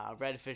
redfish